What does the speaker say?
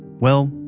well,